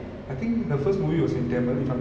what was that ah minsara kanavu